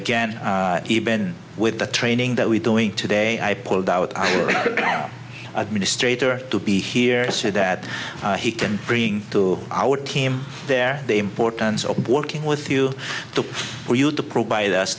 again even with the training that we doing today i pulled out i am administrator to be here said that he can bring to our team there the importance of working with you for you to provide us